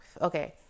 Okay